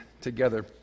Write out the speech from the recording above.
together